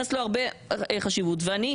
מכובד באמת ואני מייחסת לו הרבה חשיבות ואני,